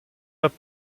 alors